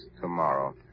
tomorrow